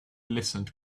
listened